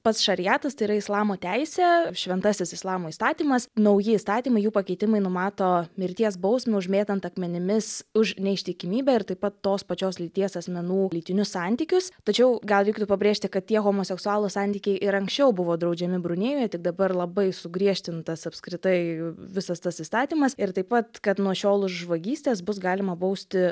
pats šariatas tai yra islamo teisė šventasis islamo įstatymas nauji įstatymai jų pakeitimai numato mirties bausmę užmėtant akmenimis už neištikimybę ir taip pat tos pačios lyties asmenų lytinius santykius tačiau gal reiktų pabrėžti kad tie homoseksualūs santykiai ir anksčiau buvo draudžiami brunėjuje tik dabar labai sugriežtintas apskritai visas tas įstatymas ir taip pat kad nuo šiol už vagystes bus galima bausti